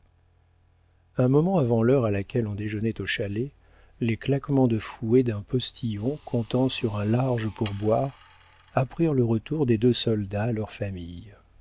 un moment avant l'heure à laquelle on déjeunait au chalet les claquements de fouet d'un postillon comptant sur un large pourboire apprirent le retour des deux soldats à leurs familles